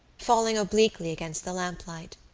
falling obliquely against the lamplight.